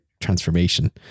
transformation